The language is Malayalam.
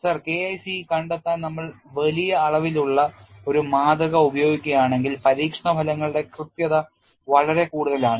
സർ K IC കണ്ടെത്താൻ നമ്മൾ വലിയ അളവിലുള്ള ഒരു മാതൃക ഉപയോഗിക്കുകയാണെങ്കിൽ പരീക്ഷണ ഫലങ്ങളുടെ കൃത്യത വളരെ കൂടുതലാണ്